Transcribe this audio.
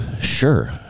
sure